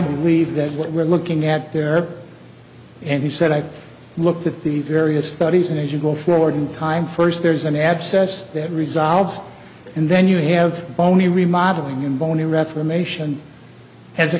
believe that what we're looking at there and he said i looked at the various studies and as you go forward in time first there's an abscess that resolves and then you have bony remodelling and bony reformation as a